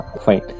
Fine